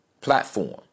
platform